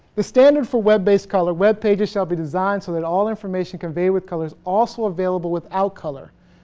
the standard for web-based color webpages shall be designed so that all information conveyed with color is also available without color,